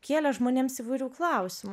kėlė žmonėms įvairių klausimų